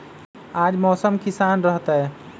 आज मौसम किसान रहतै?